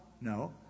No